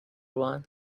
one